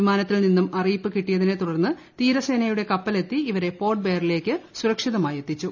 വിമാനത്തിൽ നിന്നും അറിയിപ്പ് കിട്ടിയതിനെ തുടർന്ന് തീരസേനയുടെ കപ്പലെത്തി ഇവരെ പോർട്ട് ബ്ലെയറിലേക്ക് സുരക്ഷിതമായി എത്തിച്ചു